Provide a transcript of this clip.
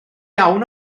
iawn